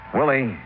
Willie